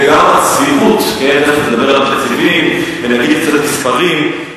תיכף נדבר על תקציבים ונגיד קצת מספרים.